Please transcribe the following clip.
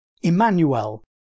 Emmanuel